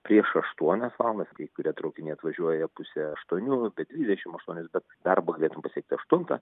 prieš aštuonias valandas kai kurie traukiniai atvažiuoja pusę aštuonių be dvidešimt aštuonios bet darbą galėtum pasiekti aštuntą